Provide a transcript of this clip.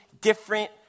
different